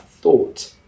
thought